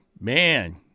Man